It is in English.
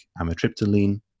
amitriptyline